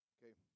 Okay